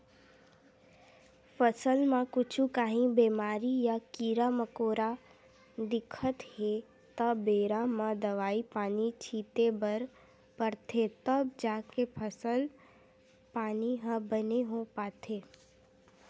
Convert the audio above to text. फसल म कुछु काही बेमारी या कीरा मकोरा दिखत हे त बेरा म दवई पानी छिते बर परथे तब जाके फसल पानी ह बने हो पाथे